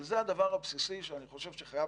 אבל זה הדבר הבסיסי שאני חושב שחייב